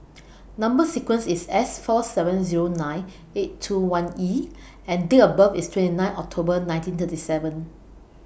Number sequence IS S four seven Zero nine eight two one E and Date of birth IS twenty nine October nineteen thirty seven